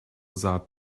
saat